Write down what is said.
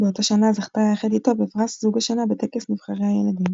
באותה שנה זכתה יחד איתו בפרס "זוג השנה" בטקס נבחרי הילדים.